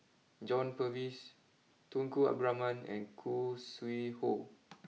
John Purvis Tunku Abdul Rahman and Khoo Sui Hoe